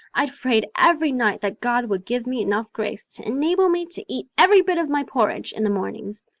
i've prayed every night that god would give me enough grace to enable me to eat every bit of my porridge in the mornings.